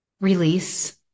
release